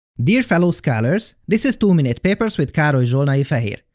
dear fellow scholars, this is two minute papers with karoly zsolnai-feher.